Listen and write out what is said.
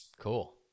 Cool